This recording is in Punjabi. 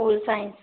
pol science